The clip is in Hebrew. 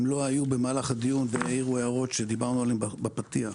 הם לא היו במהלך הדיון והעירו הערות שדיברנו עליהן בפתיח.